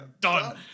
done